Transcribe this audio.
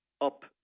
up